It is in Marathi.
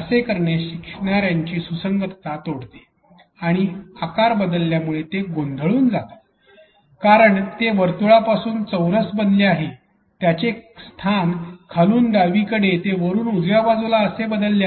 असे करणे शिकणाऱ्यांची सुसंगतता तोडते आणि आकार बदलल्यामुळे ते गोंधळून जातात कारण ते वर्तुळापासून चौरस बनले आहे त्याचे स्थान खालून डावीकडे ते वरून उजव्या बाजूला असे बदलले आहे